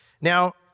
Now